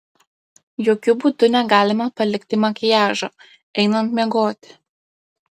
jokiu būdu negalima palikti makiažo einant miegoti